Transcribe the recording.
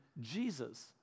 Jesus